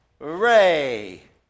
Hooray